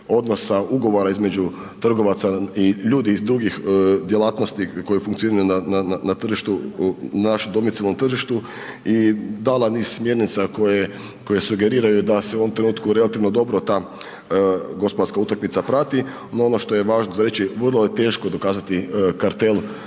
odnosa ugovora između trgovaca i ljudi iz drugih djelatnosti koje funkcioniraju na, na, na tržištu, našem domicilnom tržištu i dala niz smjernica koje, koje sugeriraju da se u ovom trenutku relativno dobro ta gospodarska utakmica prati. No, ono što je važno za reći, vrlo je teško dokazati kartel